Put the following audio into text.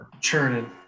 churning